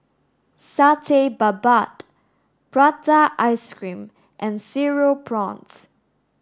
Satay Babat Prata ice cream and cereal prawns